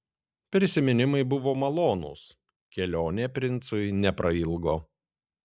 prisiminimai buvo malonūs kelionė princui neprailgo